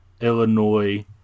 Illinois